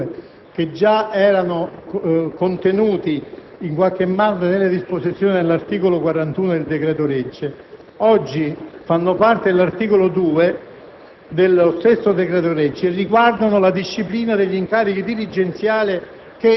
I commi 159, 160, 161 e 162, già contenuti in qualche parte delle disposizioni all'articolo 41 del decreto-legge, che oggi fanno parte dell'articolo 2